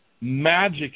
magic